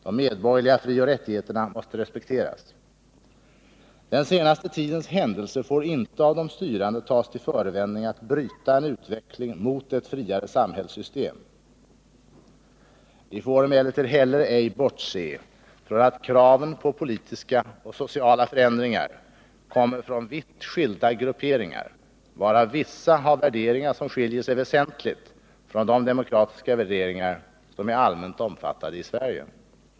De medborgerliga frioch rättigheterna måste respekteras. Den senaste tidens händelser får inte av de styrande tas till förevändning att bryta en utveckling mot ett friare samhällssystem. Vi får emellertid ej heller bortse från att kraven på politiska och sociala förändringar kommer från vitt skilda grupperingar, varav vissa har värderingar som skiljer sig väsentligt från de demokratiska värderingar som är allmänt omfattade i Sverige.